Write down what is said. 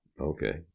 Okay